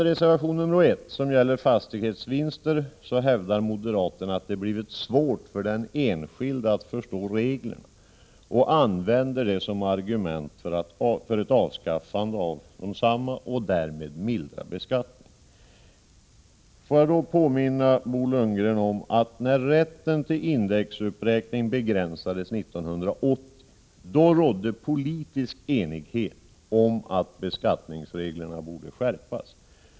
I reservation 1 som gäller fastighetsvinster hävdar moderaterna att det blir svårt för den enskilde att förstå reglerna och använder detta såsom argument för ett avskaffande av desamma för att därmed mildra beskattningen. Får jag då påminna Bo Lundgren om att när rätten till indexuppräkning begränsades 1980 rådde politisk enighet om att beskattningsreglerna borde skärpas.